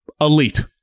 Elite